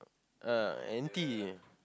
uh anti